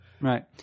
Right